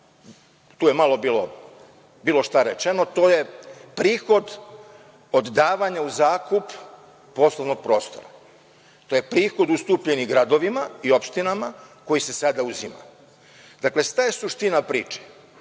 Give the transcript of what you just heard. tu je malo bilo šta rečeno, to je prihod od davanja u zakup poslovnog prostora. To je prihod ustupljeni gradovima i opštinama koji se sada uzima. Šta je suština priče?